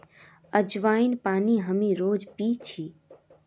अज्वाइन पानी हामी रोज़ पी छी